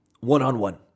one-on-one